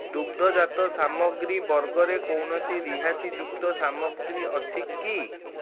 ଦୁଗ୍ଧଜାତ ସାମଗ୍ରୀ ବର୍ଗରେ କୌଣସି ରିହାତିଯୁକ୍ତ ସାମଗ୍ରୀ ଅଛି କି